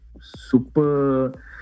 super